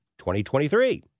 2023